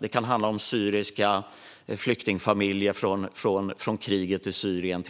Det kan till exempel handla om flyktingfamiljer från kriget i Syrien.